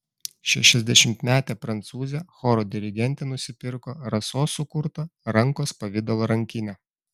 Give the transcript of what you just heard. šešiasdešimtmetė prancūzė choro dirigentė nusipirko rasos sukrutą rankos pavidalo rankinę